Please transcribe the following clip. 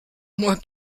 moi